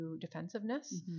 defensiveness